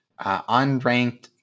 unranked